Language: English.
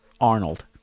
Arnold